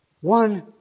One